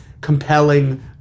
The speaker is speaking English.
compelling